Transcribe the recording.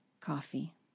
coffee